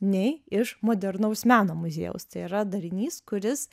nei iš modernaus meno muziejaus tai yra darinys kuris